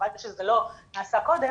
וחבל שזה לא נעשה קודם,